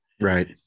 Right